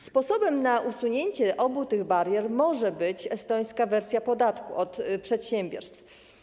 Sposobem na usunięcie obu tych barier może być estońska wersja podatku od przedsiębiorstw.